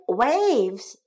waves